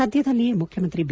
ಸದ್ದದಲ್ಲಿಯೇ ಮುಖ್ಯಮಂತ್ರಿ ಬಿ